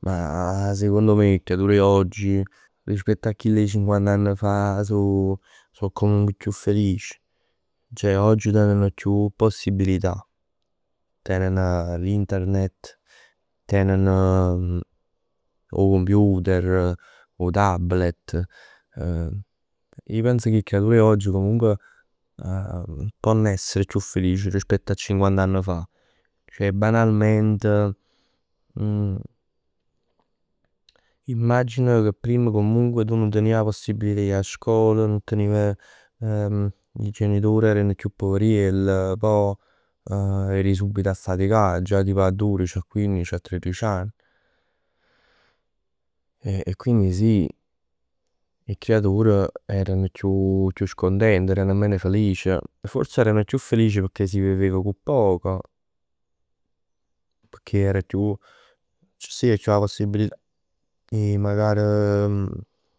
Ma secondo me 'e creatur 'e oggi rispetto a chell 'e cinquant'ann fa so so comunque chiù felic. Ceh oggi tenen chiù possibilità. Tenen l'internet, tenen 'o computer, 'o tablet. Ij pens che 'e creatur 'e oggi, ponno essere chiù felic rispett a cinquant'ann fa. Ceh banalment immagina che prima comunque tu nun teniv 'a possibilità 'e ji 'a scol. Nun teniv 'e genitor erano chiù poverell, poj eri ji subito a faticà, a duric, a quinnic, a triric ann. E quindi sì, 'e creatur erano chiù chiù scontent, erano meno felic. Forse erano chiù felic pecchè si vivev cu poc. Pecchè era chiù, c' stev chiù 'a possibilità 'e magar,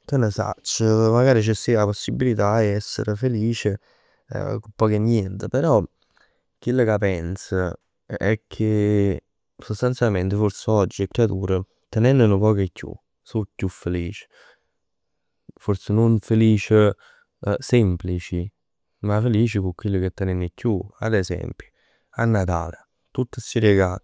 che ne sacc. Magari ci stev 'a possibilità 'e ess felic cu poc e nient. Però chell ca pens è che sostanzialmente forse oggi 'e creatur tenenn nu poc 'e chiù, so chiù felic. Forse non felic semplici, ma felic cu chell ca tenen 'e chiù. Ad esempio a Natale tutt sti regal.